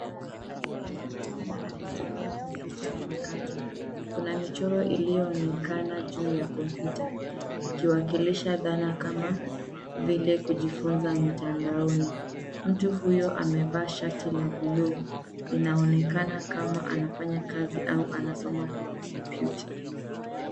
Mtu anaonekana akitumia kompyuta mpakato . Kuna michoro iliyoonekana juu ya kompyuta ikiwakilisha dhana kama vile kujifunza mtandaoni. Mtu huyo amevaa shati la buluu. Inaonekana kama anafanya kazi au anasoma kwenye kompyuta.